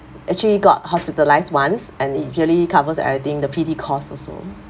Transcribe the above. actually got hospitalised once and it usually covers everything the P_T cost also